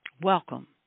Welcome